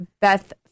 Beth